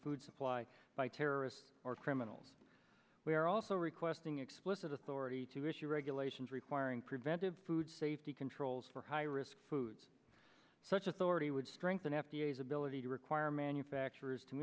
food supply by terrorists or criminals we are also requesting explicit authority to issue regulations requiring preventive food safety controls for high risk foods such authority would strengthen f d a as ability to require manufacturers to